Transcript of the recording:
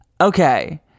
okay